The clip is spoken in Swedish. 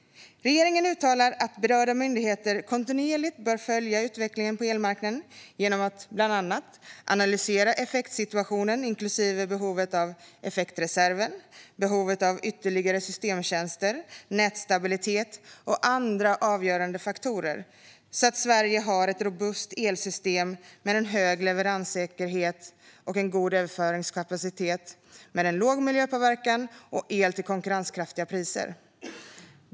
Regeringen uttalar att berörda myndigheter kontinuerligt bör följa utvecklingen på elmarknaden genom att bland annat analysera effektsituationen, inklusive behovet av effektreserven, behovet av ytterligare systemtjänster, nätstabilitet och andra avgörande faktorer, så att Sverige har ett robust elsystem med en hög leveranssäkerhet och en god överföringskapacitet med en låg miljöpåverkan samt el till konkurrenskraftiga priser.